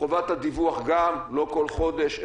חובת הדיווח לא כל חודש,